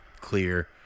clear